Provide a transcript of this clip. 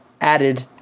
added